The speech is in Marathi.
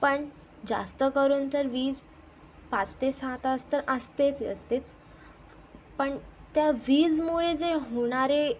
पण जास्तकरून तर वीज पाच ते सहा तास तर असतेच असतेच पण त्या वीजमुळे जे होणारे